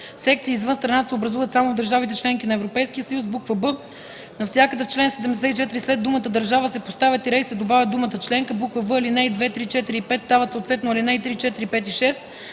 Секции извън страната се образуват само в държавите – членки на Европейския съюз.”; б) навсякъде в чл. 74 след думата „държава” се поставя тире и се добавя думата „членка”; в) алинеи 2, 3, 4 и 5 стават съответно алинеи 3, 4, 5 и 6;